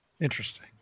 Interesting